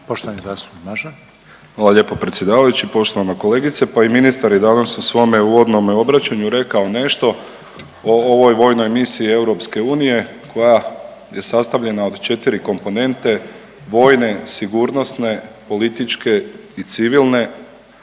Nikola (HDZ)** Hvala lijepo predsjedavajući. Poštovana kolegice, pa i ministar je danas u svome uvodnome obraćanju rekao nešto o ovoj vojnoj misiji EU koja je sastavljena od 4 komponentne vojne, sigurnosne, političke i civilne